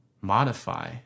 modify